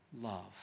love